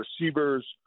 receivers